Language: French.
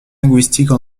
linguistique